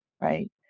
Right